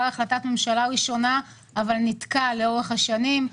החלטת ממשלה ראשונה אבל נתקע לאורך השנים.